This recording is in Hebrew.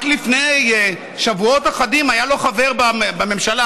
רק לפני שבועות אחדים היה לו חבר בממשלה,